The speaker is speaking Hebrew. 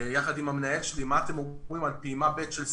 יחד עם המנהל שלי מה הם אומרים על פעימה ב' של סיוע.